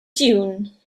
dune